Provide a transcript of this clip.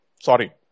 Sorry